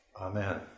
Amen